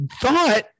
thought